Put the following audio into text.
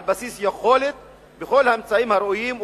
על בסיס יכולת בכל האמצעים הראויים,